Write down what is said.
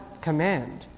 command